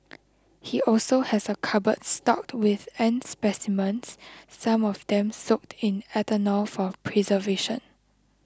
he also has a cupboard stocked with ant specimens some of them soaked in ethanol for preservation